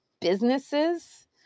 businesses